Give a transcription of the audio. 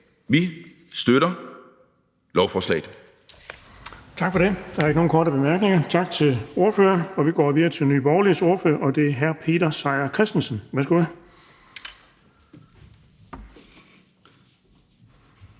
vi støtter lovforslaget.